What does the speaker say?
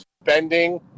spending